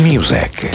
Music